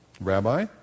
Rabbi